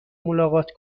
ملاقات